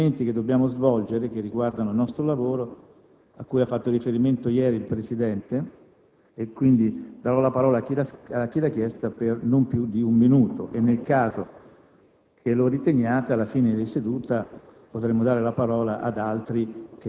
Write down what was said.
Vi pregherei però di tener conto che ci sono degli adempimenti che dobbiamo svolgere riguardanti il nostro lavoro, a cui ha fatto riferimento ieri il Presidente. Darò quindi la parola a chi l'ha chiesta per non più di un minuto